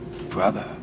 brother